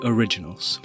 Originals